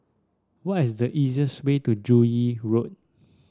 what is the easiest way to Joo Yee Road